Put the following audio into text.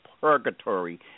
purgatory